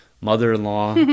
mother-in-law